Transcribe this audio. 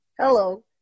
Hello